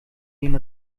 den